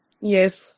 Yes